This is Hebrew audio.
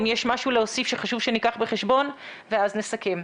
אם יש משהו להוסיף שחשוב שניקח בחשבון ואז נסכם.